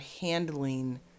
handling